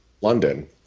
london